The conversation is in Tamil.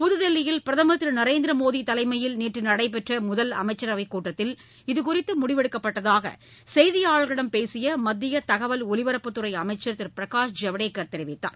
புதுதில்லியில் பிரதமர் திரு நரேந்திர மோடி தலைமையில் நேற்று நடைபெற்ற முதல் அமைச்சரவைக் கூட்டத்தில் இதுகுறித்து முடிவெடுக்கப்பட்டதாக செய்தியாளர்களிடம் பேசிய மத்திய தககவல் ஒலிபரப்புத்துறை அமைச்சர் திரு பிரகாஷ் ஜவடேகர் தெரிவித்தார்